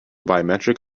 biometric